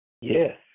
Yes